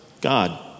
God